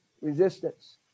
Resistance